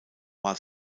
war